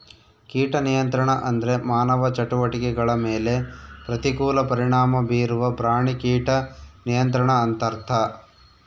ಕೀಟ ನಿಯಂತ್ರಣ ಅಂದ್ರೆ ಮಾನವ ಚಟುವಟಿಕೆಗಳ ಮೇಲೆ ಪ್ರತಿಕೂಲ ಪರಿಣಾಮ ಬೀರುವ ಪ್ರಾಣಿ ಕೀಟ ನಿಯಂತ್ರಣ ಅಂತರ್ಥ